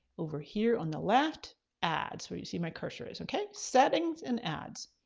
over here on the left ads where you see my cursor is okay? settings and ads.